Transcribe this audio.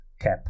cap